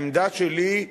העמדה שלי,